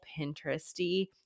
pinteresty